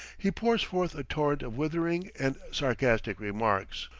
he pours forth a torrent of withering and sarcastic remarks.